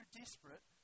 desperate